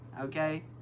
okay